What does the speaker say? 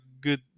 good